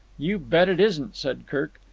you bet it isn't, said kirk.